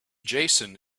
jason